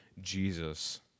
Jesus